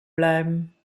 bleiben